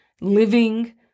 living